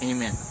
Amen